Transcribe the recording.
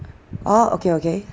orh okay okay